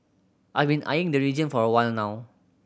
I've been eyeing the region for a while now